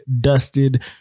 dusted